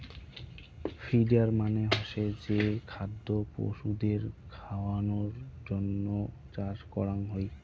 feeder মানে হসে যে খাদ্য পশুদের খাওয়ানোর তন্ন চাষ করাঙ হই